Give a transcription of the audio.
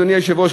אדוני היושב-ראש,